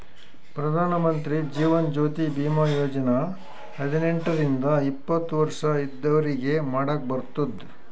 ಪ್ರಧಾನ್ ಮಂತ್ರಿ ಜೀವನ್ ಜ್ಯೋತಿ ಭೀಮಾ ಯೋಜನಾ ಹದಿನೆಂಟ ರಿಂದ ಎಪ್ಪತ್ತ ವರ್ಷ ಇದ್ದವ್ರಿಗಿ ಮಾಡಾಕ್ ಬರ್ತುದ್